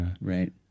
Right